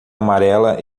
amarela